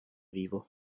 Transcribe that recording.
vivo